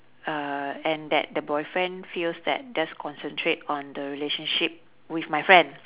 uh and that the boyfriend feels that just concentrate on the relationship with my friend